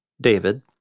David